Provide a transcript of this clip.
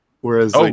whereas